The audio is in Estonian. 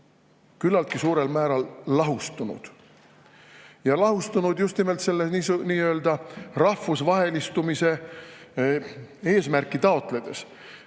küllaltki suurel määral lahustunud, ja lahustunud just nimelt rahvusvahelistumise eesmärki taotledes.